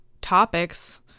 topics